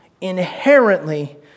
Inherently